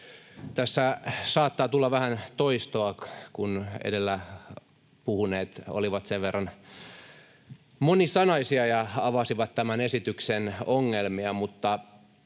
Tässä saattaa tulla vähän toistoa, kun edellä puhuneet olivat sen verran monisanaisia ja avasivat tämän esityksen ongelmia.